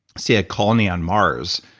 say, a colony on mars,